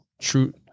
true